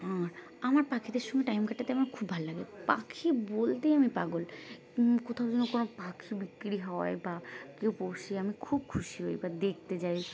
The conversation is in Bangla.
আর আমার পাখিদের সঙ্গে টাইম কাটাতে আমার খুব ভালো লাগে পাখি বলতেই আমি পাগল কোথাও যে কোনো পাখি বিক্রি হয় বা কেউ পোষে আমি খুব খুশি হই বা দেখতে যাই